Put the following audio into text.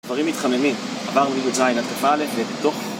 דברים מתחממים. עברנו מי"ז עד כ"א, ובתוך...